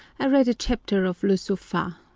i read a chapter of the sopha,